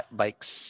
bikes